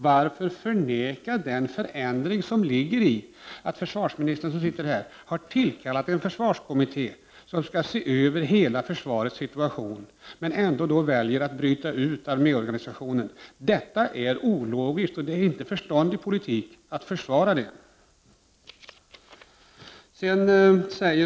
Varför förneka den förändring som ligger i att försvarsministern, som sitter här, har tillkallat en försvarskommitté som skall se över hela försvarets situation men ändå väljer att bryta ut arméorganisationen? Detta är ologiskt, och det är inte någon förståndig politik att försvara detta.